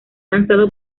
lanzado